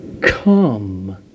come